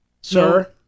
sir